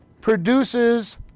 produces